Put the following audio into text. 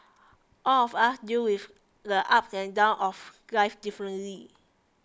all of us deal with the ups and downs of life differently